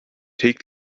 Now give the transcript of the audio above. take